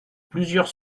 plusieurs